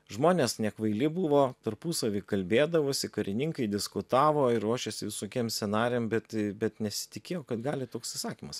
žmonės nekvaili buvo tarpusavy kalbėdavosi karininkai diskutavo ir ruošėsi visokiem scenarijam bet bet nesitikėjo kad gali toks įsakymas